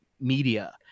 media